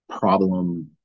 problem